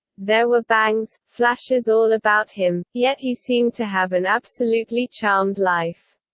there were bangs, flashes all about him, yet he seemed to have an absolutely charmed life.